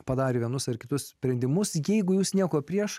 padarė vienus ar kitus sprendimus jeigu jūs nieko prieš